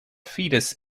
fetus